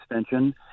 extension